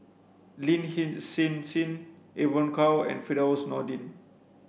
Lin Hsin Hsin Evon Kow and Firdaus Nordin